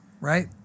Right